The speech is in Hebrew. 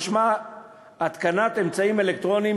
את תנאי תוכנית הפיקוח האלקטרוני,